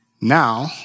Now